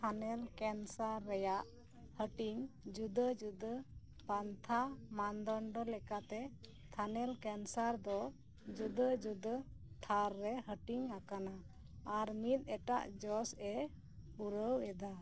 ᱛᱷᱟᱞᱮᱱ cancer ᱨᱮᱭᱟᱜ ᱦᱟᱹᱴᱤᱧ ᱡᱩᱫᱟᱹ ᱡᱩᱫᱟᱹ ᱯᱟᱱᱛᱷᱟ ᱢᱟᱱᱫᱚᱱᱰᱚ ᱞᱮᱠᱟᱛᱮ ᱛᱷᱟᱞᱮᱱ ᱠᱮᱱᱥᱟᱨ ᱫᱚ ᱡᱩᱫᱟᱹ ᱡᱩᱫᱟᱹ ᱛᱷᱟᱨ ᱨᱮ ᱦᱟᱹᱴᱤᱧ ᱟᱠᱟᱱᱟ ᱟᱨ ᱢᱤᱫ ᱮᱴᱟᱜ ᱡᱚᱥ ᱮ ᱯᱩᱨᱟᱹᱣ ᱮᱫᱟ